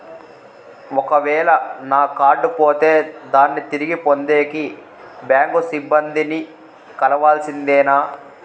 ఒక వేల నా కార్డు పోతే దాన్ని తిరిగి పొందేకి, బ్యాంకు సిబ్బంది ని కలవాల్సిందేనా?